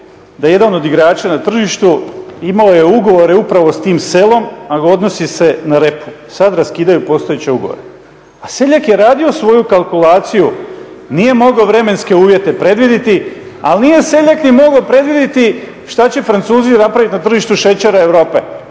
da jedan od igrača na tržištu imao je ugovore upravo s tim selom, a odnosi se na repu, sad raskidaju postojeće ugovore. Seljak je radio svoju kalkulaciju, nije mogao vremenske uvjete predviditi, ali nije seljak ni mogao predviditi šta će Francuzi napravit na tržištu šećera Europe,